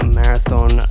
marathon